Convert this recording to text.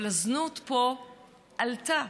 אבל הזנות פה עלתה,